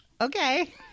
okay